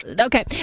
Okay